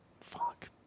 Fuck